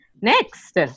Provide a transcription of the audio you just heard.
next